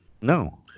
no